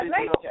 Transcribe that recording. nature